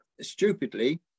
stupidly